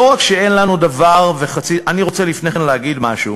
לא רק שאין לנו דבר, אני רוצה לפני כן להגיד משהו: